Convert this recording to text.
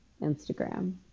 Instagram